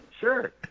sure